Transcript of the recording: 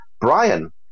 Brian